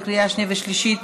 בקריאה שנייה ושלישית.